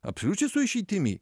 absoliučiai su išeitimi